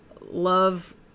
love